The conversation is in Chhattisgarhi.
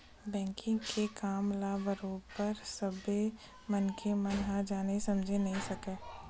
बेंकिग के काम ल बरोबर सब्बे मनखे मन ह जाने समझे नइ सकय